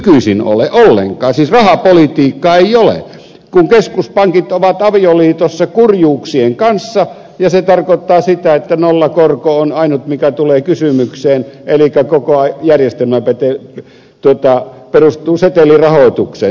siis rahapolitiikkaa ei ole kun keskuspankit ovat avioliitossa kurjuuksien kanssa ja se tarkoittaa sitä että nollakorko on ainut mikä tulee kysymykseen elikkä koko järjestelmä perustuu setelirahoitukseen